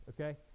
Okay